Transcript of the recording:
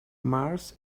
mars